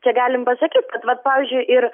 čia galim pasakyt kad vat pavyzdžiui ir